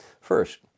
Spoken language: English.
First